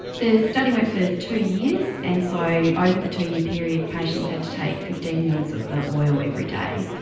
the study went for two years, and so over the two-year period patients had to take fifteen mls of the oil every day.